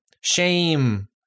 shame